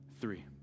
three